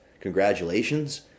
Congratulations